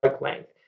length